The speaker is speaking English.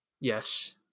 Yes